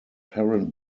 parent